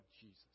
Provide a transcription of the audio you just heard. Jesus